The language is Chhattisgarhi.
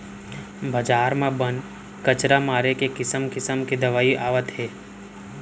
बजार म बन, कचरा मारे के किसम किसम के दवई आवत हे